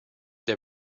der